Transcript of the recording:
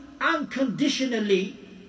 unconditionally